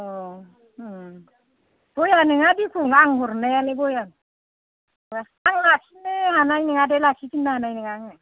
अह बया नङा दिखु आं हरनायालाय बया नङा आं लाफिननो हानाय नङा दे लाखिफिननो हानाय नङा आङो